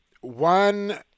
one